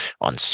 on